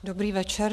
Dobrý večer.